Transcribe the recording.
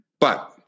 But-